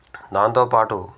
దాంతోపాటు